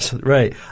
Right